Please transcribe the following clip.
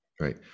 right